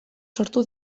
sortu